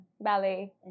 Ballet